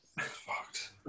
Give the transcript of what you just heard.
Fucked